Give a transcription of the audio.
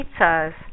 pizzas